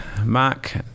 Mark